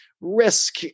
risk